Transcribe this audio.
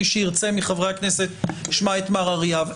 מי שירצה מחברי הכנסת ישמע את מר אריאב.